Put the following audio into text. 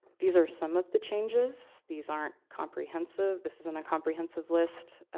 these are some of the changes. these aren't comprehensive. this isn't a comprehensive list.